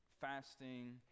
fasting